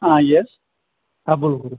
હાં યેસ હા બોલો બોલો